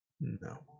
No